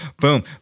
boom